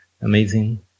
amazing